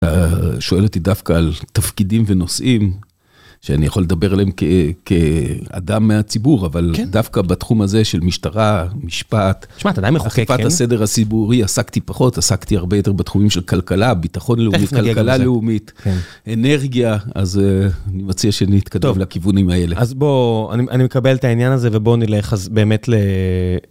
שואל אותי דווקא על תפקידים ונושאים שאני יכול לדבר עליהם כאדם מהציבור, אבל דווקא בתחום הזה של משטרה, משפט, חקיפת הסדר הציבורי, עסקתי פחות, עסקתי הרבה יותר בתחומים של כלכלה, ביטחון לאומי, כלכלה לאומית, אנרגיה, אז אני מציע שנתכתב לכיוונים האלה. אז בואו, אני מקבל את העניין הזה, ובואו נלך באמת ל...